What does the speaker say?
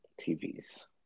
TV's